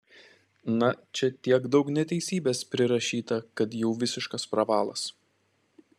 na čia tiek daug neteisybės prirašyta kad jau visiškas pravalas